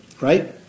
right